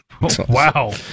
Wow